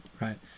right